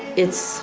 it's